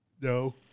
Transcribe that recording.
No